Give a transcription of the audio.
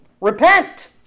repent